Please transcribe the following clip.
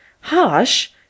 Hush